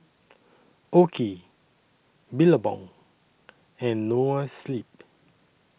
OKI Billabong and Noa Sleep